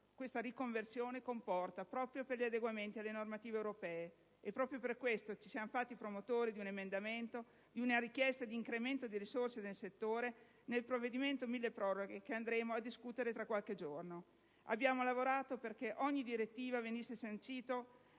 questa riconversione comporta proprio per l'adeguamento alle normative europee. Proprio per questo, ci siamo fatti promotori di un emendamento e di una richiesta di incremento delle risorse destinate al settore nell'ambito del provvedimento milleproroghe, che andremo a discutere tra qualche giorno. Abbiamo lavorato perché in ogni direttiva venisse sancito